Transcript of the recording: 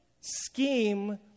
scheme